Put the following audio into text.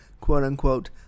quote-unquote